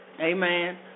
Amen